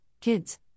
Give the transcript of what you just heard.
kids